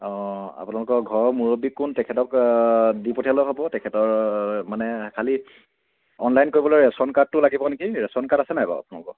অঁ আপোনালোকৰ ঘৰৰ মূৰব্বীক কোন তেখেতক দি পঠিয়ালেও হ'ব তেখেতৰ মানে খালী অনলাইন কৰিবলৈ ৰেচন কাৰ্ডটো লাগিব নেকি ৰেচন কাৰ্ড আছে নাই বাৰু আপোনালোকৰ